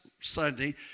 Sunday